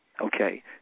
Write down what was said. okay